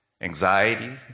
anxiety